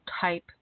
type